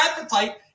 appetite